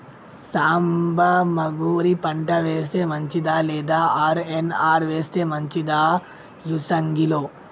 సాంబ మషూరి పంట వేస్తే మంచిదా లేదా ఆర్.ఎన్.ఆర్ వేస్తే మంచిదా యాసంగి లో?